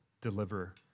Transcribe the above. deliver